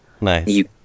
Nice